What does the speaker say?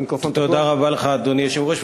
תודה רבה לך, אדוני היושב-ראש.